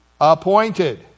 Appointed